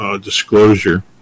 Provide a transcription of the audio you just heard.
Disclosure